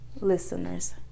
listeners